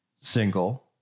single